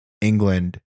England